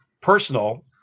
personal